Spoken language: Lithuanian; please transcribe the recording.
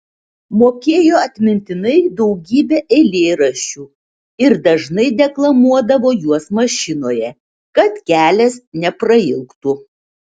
mokėjo atmintinai daugybę eilėraščių ir dažnai deklamuodavo juos mašinoje kad kelias neprailgtų